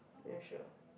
damn shiok